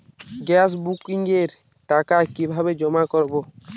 Gas বুকিংয়ের টাকা কিভাবে জমা করা হয়?